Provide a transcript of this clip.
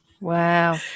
wow